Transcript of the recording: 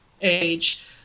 age